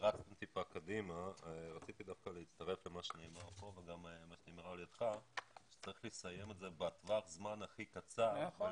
רציתי להצטרף למה שנאמר פה שצריך לסיים את זה בטווח הזמן הקצר ביותר